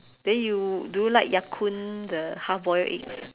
then you do you like Yakun the half boiled egg